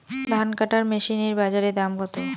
ধান কাটার মেশিন এর বাজারে দাম কতো?